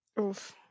Oof